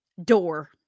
Door